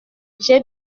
j’ai